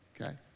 okay